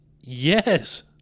Yes